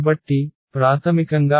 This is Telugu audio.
కాబట్టి ప్రాథమికంగా